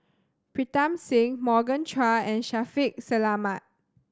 Pritam Singh Morgan Chua and Shaffiq Selamat